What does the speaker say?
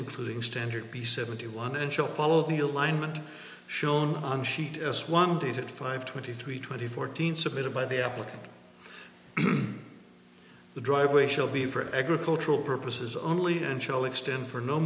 including standard be seventy one and shall follow the alignment shown on sheet s one dated five twenty three twenty fourteen submitted by the applicant the driveway shall be for agricultural purposes only